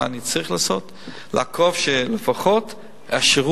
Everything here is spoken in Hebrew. מה שאני צריך לעשות זה לעקוב שלפחות השירות,